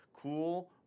Cool